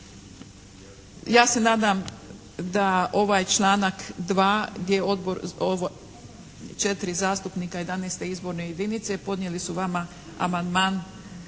Ja se nadam da ovaj članak 2. gdje je odbor, 4 zastupnika 11. izborne jedinice podnijeli su vama amandman.